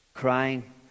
crying